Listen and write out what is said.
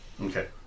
Okay